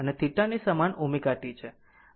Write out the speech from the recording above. અને θ ની સમાન ω t છે